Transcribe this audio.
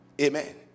amen